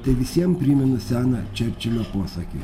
tai visiems primena seną čerčilio posakį